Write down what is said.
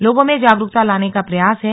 लोगों में जागरूकता लाने का प्रयास है